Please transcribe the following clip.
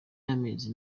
y’amezi